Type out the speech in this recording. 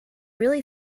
really